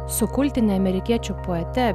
su kultine amerikiečių poete